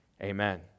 Amen